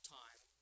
time